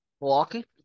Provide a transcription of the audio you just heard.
Milwaukee